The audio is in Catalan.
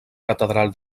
catedral